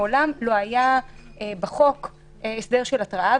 מעולם לא היה בחוק הסדר של התראה,